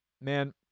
man